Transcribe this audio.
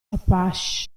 apache